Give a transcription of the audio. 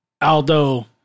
Aldo